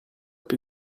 più